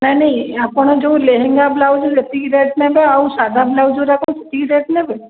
ନାଇଁ ନାଇଁ ଆପଣ ଯେଉଁ ଲେହେଙ୍ଗା ବ୍ଲାଉଜ୍ ଯେତିକି ରେଟ୍ ନେବେ ଆଉ ସାଧା ବ୍ଲାଉଜ୍ଗୁଡ଼ାକ କ'ଣ ସେତିକି ରେଟ୍ ନେବେ